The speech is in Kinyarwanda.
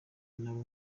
nabo